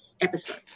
episode